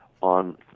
on